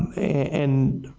and,